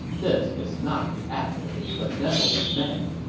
this is not the act of a benevolent man.